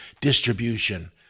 distribution